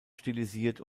stilisiert